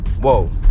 Whoa